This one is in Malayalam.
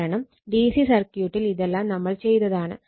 കാരണം ഡിസി സർക്യൂട്ടിൽ ഇതെല്ലാം നമ്മൾ ചെയ്തതാണ്